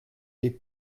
les